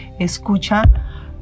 escucha